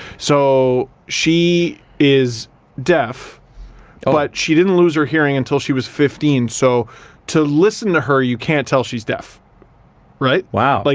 so, she is deaf but ah she didn't lose her hearing until she was fifteen. so to listen to her, you can't tell she's deaf right. wow. like